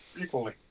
equally